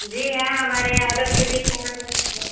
जी हाँ हमारे यहाँ ऑडर से भी खाना जाता है